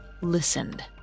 listened